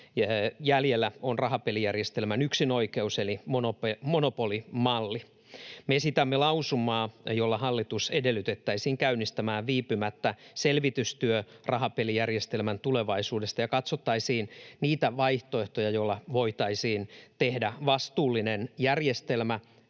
jäljellä on rahapelijärjestelmän yksinoikeus, eli monopolimalli. Me esitämme lausumaa, jolla hallitus edellytettäisiin käynnistämään viipymättä selvitystyö rahapelijärjestelmän tulevaisuudesta, ja katsottaisiin niitä vaihtoehtoja, joilla voitaisiin tehdä vastuullinen järjestelmä,